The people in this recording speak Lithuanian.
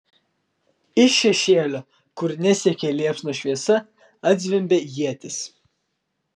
iš šešėlio kur nesiekė liepsnos šviesa atzvimbė ietis